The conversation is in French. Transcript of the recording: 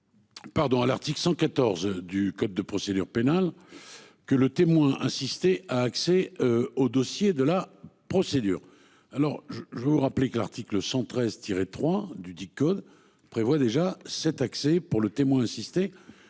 à l'article 114 du code de procédure pénale que le témoin assisté a accès au dossier de la procédure. Je vous le rappelle, l'article 113-3 du même code prévoit déjà un tel accès pour le témoin assisté,